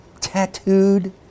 tattooed